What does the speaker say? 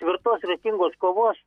tvirtos ryžtingos kovos